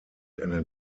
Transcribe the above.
eine